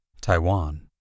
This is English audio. Taiwan